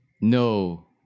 No